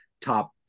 top